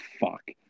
fuck